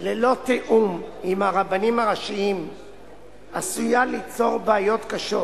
ללא תיאום עם הרבנים הראשיים עשויה ליצור בעיות קשות,